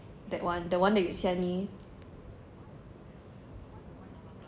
that one the one that you send me